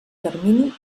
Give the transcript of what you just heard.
termini